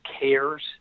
cares